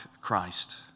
Christ